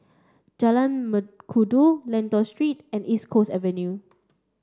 Jalan Mengkudu Lentor Street and East Coast Avenue